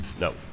No